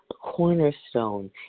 cornerstone